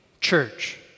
church